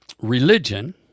religion